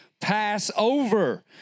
Passover